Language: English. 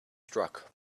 struck